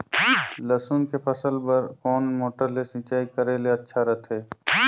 लसुन के फसल बार कोन मोटर ले सिंचाई करे ले अच्छा रथे?